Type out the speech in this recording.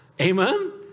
Amen